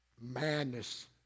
Madness